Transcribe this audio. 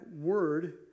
word